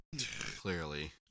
Clearly